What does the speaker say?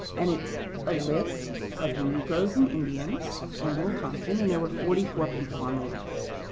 and it's a list of negroes and indians in little compton, and there were forty four people on the list.